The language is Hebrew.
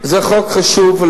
זה חוק חשוב,